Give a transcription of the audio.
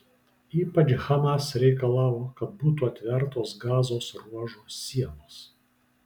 ypač hamas reikalavo kad būtų atvertos gazos ruožo sienos